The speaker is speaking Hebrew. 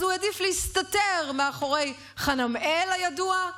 אז הוא העדיף להסתתר מאחורי חנמאל הידוע,